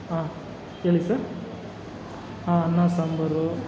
ಹಾಂ ಹೇಳಿ ಸರ್ ಹಾಂ ಅನ್ನ ಸಾಂಬಾರು